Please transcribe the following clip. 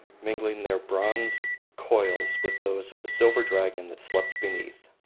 mingling their bronzed coils with those of the silver dragon that slept beneath.